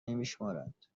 نمیشمرند